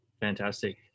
fantastic